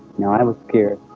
now i was scared